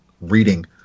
reading